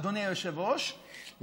אדוני היושב-ראש,